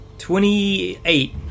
twenty-eight